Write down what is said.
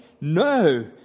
No